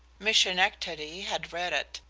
miss schenectady had read it,